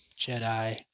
Jedi